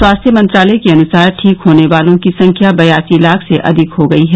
स्वास्थ्य मंत्रालय के अनुसार ठीक होने वालों की संख्या बयासी लाख से अधिक हो गई है